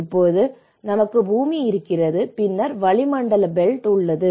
இப்போது நமக்கு பூமி இருக்கிறது பின்னர் வளிமண்டல பெல்ட் உள்ளது